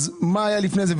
צריך לדעת מה היה לפני זה,